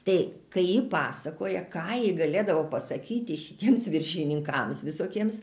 tai kai ji pasakoja ką ji galėdavo pasakyti šitiems viršininkams visokiems